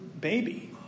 baby